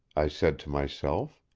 i said to myself.